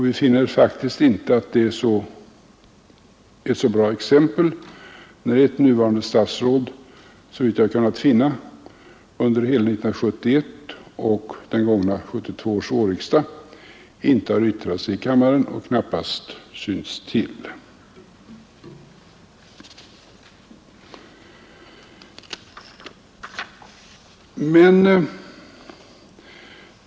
Det utgör inte något gott exempel när ett nuvarande statsråd, såvitt jag kunnat finna, under hela år 1971 och den gångna delen av 1972 inte har yttrat sig i kammaren och knappast synts till här.